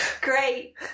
Great